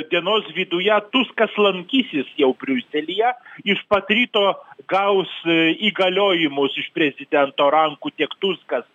dienos viduje tuskas lankysis jau briuselyje iš pat ryto gaus įgaliojimus iš prezidento rankų tiek tuskas